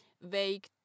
vague